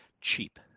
cheap